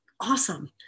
awesome